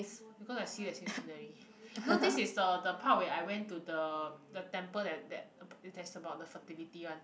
because I see the same scenery you know this is uh the part where I went to the the temple that that that's about the fertility one